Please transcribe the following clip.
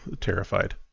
terrified